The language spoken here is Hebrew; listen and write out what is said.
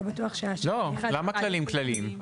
למה כללים כלליים?